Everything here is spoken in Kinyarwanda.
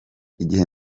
igihe